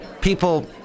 People